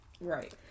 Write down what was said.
Right